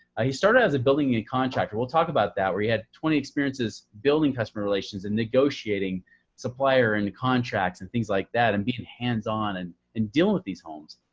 ah he started out as a building contractor. we'll talk about that, where he had twenty experiences building customer relations and negotiating supplier and contracts and things like that. and being hands-on and and dealing with these homes.